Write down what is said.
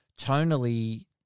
tonally